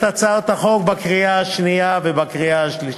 הצעת החוק בקריאה השנייה ובקריאה השלישית.